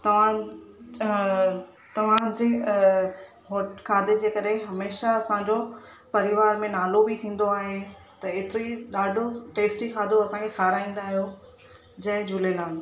तव्हां तव्हांजी खाधे जे करे हमेशह असांजो परिवार में नालो बि थींदो आहे त एतिरी ॾाढो टेस्टी खाधो असांखे खाराईंदा आहियो जय झूलेलाल